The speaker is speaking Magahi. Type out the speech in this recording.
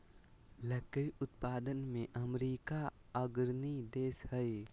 लकड़ी उत्पादन में अमेरिका अग्रणी देश हइ